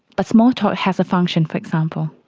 but small talk has a function, for example.